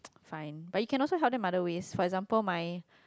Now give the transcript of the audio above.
fine but you can also help them other ways for example my